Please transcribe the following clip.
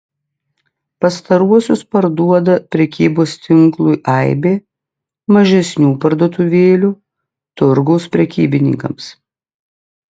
pastaruosius parduoda prekybos tinklui aibė mažesnių parduotuvėlių turgaus prekybininkams